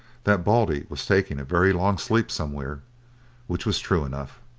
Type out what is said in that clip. that baldy was taking a very long sleep somewhere which was true enough.